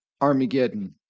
Armageddon